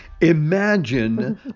Imagine